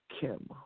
Kim